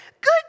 good